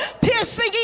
piercing